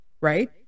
right